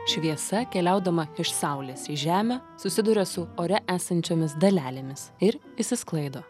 šviesa keliaudama iš saulės į žemę susiduria su ore esančiomis dalelėmis ir išsisklaido